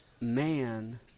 Man